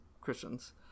christians